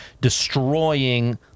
destroying